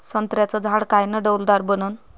संत्र्याचं झाड कायनं डौलदार बनन?